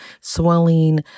swelling